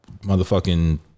Motherfucking